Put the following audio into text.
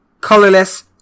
colorless